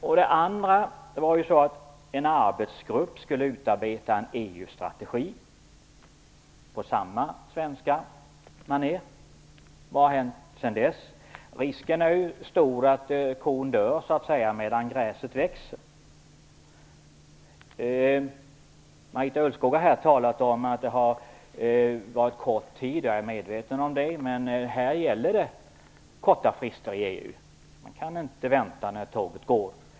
För det andra skulle en arbetsgrupp utarbeta en EU-strategi på samma svenska maner. Vad har hänt sedan dessa? Risken är stor att kon dör medan gräset växer. Marita Ulvskog har här talat om att tiden har varit kort. Jag är medveten om det, men i EU gäller korta frister. Man kan inte vänta när tåget går.